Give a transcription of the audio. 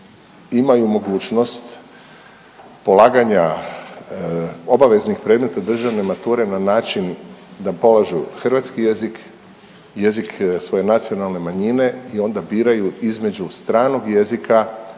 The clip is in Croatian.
imaju mogućnost polaganja obaveznih predmeta državne mature na način da polažu hrvatski jezik, jezik svoje nacionalne manjine i onda biraju između stranog jezika